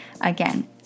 again